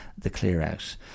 theclearout